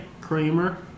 Kramer